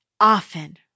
Often